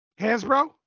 Hasbro